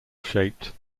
shaped